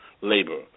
labor